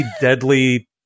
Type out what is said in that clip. deadly